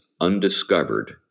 undiscovered